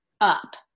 up